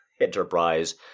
enterprise